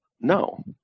No